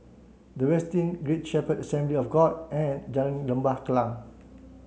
The Westin Shepherd Assembly of God and Jalan Lembah Kallang